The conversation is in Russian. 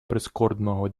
прискорбного